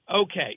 Okay